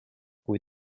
kui